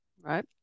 right